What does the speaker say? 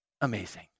Amazing